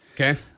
Okay